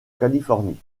californie